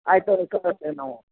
ಆಯ್ತು ರೊಕ್ಕ ಕೊಡ್ತೇವೆ ನಾವು